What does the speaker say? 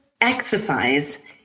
exercise